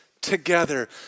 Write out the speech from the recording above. together